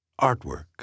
artwork